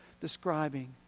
describing